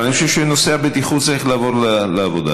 אבל אני חושב שנושא הבטיחות צריך לעבור לעבודה,